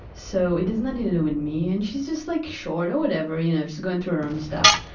so, it has nothing to do with me and she's just like short or whatever, you know, she's going through her own stuff.